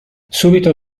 subito